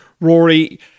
Rory